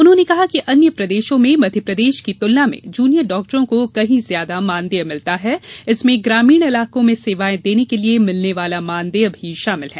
उन्होंने कहा कि अन्य प्रदेशों में मध्यप्रदेश की तुलना में जूनियर डाक्टरों को कहीं ज्यादा मानदेय मिलता है इसमें ग्रामीण इलाकों में सेवाये देने के लिए मिलने वाला मानदेय भी शामिल है